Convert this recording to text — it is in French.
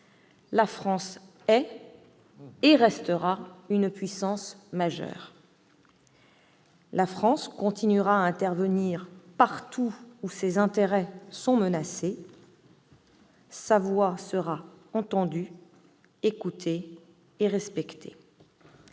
la France est et restera une puissance majeure. Elle continuera à intervenir partout où ses intérêts sont menacés. Sa voix sera entendue, écoutée et respectée.